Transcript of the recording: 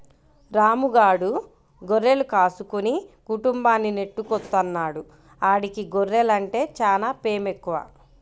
రాము గాడు గొర్రెలు కాసుకుని కుటుంబాన్ని నెట్టుకొత్తన్నాడు, ఆడికి గొర్రెలంటే చానా పేమెక్కువ